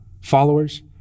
followers